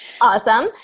Awesome